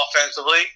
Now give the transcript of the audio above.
offensively